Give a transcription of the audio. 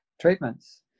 treatments